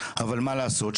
אבל מה לעשות,